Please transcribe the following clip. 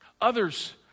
Others